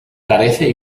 carece